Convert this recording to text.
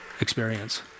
experience